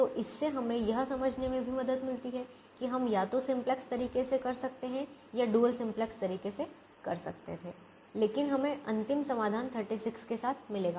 तो इससे हमें यह समझने में भी मदद मिलती है कि हम या तो सिम्प्लेक्स तरीके से कर सकते थे या हम डुअल सिम्प्लेक्स तरीके से कर सकते थे लेकिन हमें अंतिम समाधान 36 के साथ मिलेगा